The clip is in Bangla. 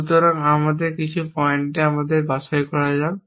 সুতরাং আমাদের কিছু পয়েন্ট আমাদের বাছাই করা যাক